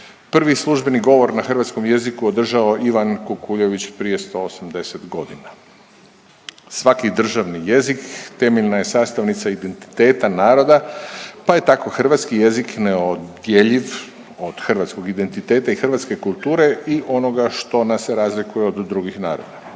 prvi službeni govor na hrvatskom jeziku održao Ivan Kukuljević prije 180 godina. Svaki državni jezik temeljna je sastavnica identiteta naroda pa je tako hrvatski jezik neodjeljiv od hrvatskog identiteta i hrvatske kulture i onoga što nas razlikuje od drugih naroda.